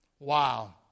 wow